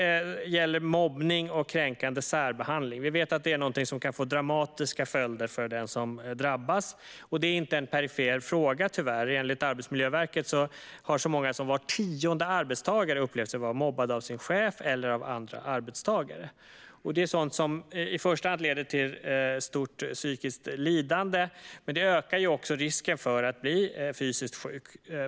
Mobbning och kränkande särbehandling kan få dramatiska följder för den som drabbas. Det är tyvärr ingen perifer fråga, för enligt Arbetsmiljöverket upplever sig så många som var tionde arbetstagare vara mobbad av sin chef eller av andra arbetstagare. Det leder i första hand till stort psykiskt lidande, men det ökar också risken för att bli fysiskt sjuk.